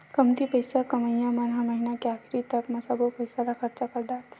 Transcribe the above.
कमती पइसा कमइया मन ह महिना के आखरी तक म सब्बो पइसा ल खरचा कर डारथे